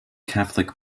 catholic